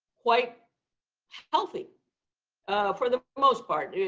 quite healthy for the most part.